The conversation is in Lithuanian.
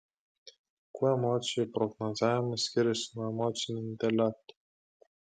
kuo emocijų prognozavimas skiriasi nuo emocinio intelekto